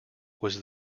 was